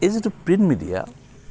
এই যিটো print media